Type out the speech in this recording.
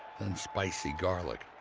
then, spicy garlic.